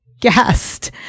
guest